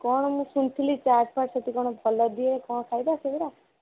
କ'ଣ ମୁଁ ଶୁଣିଥିଲି ଚାଟ୍ ଫାଟ୍ ସେଠି କ'ଣ ଭଲ ଦିଏ କ'ଣ ଖାଇବା ସେଗୁଡ଼ା